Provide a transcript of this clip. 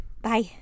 Bye